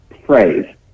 phrase